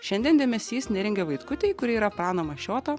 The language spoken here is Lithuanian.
šiandien dėmesys neringai vaitkutei kuri yra prano mašioto